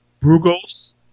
Brugos